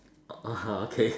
orh okay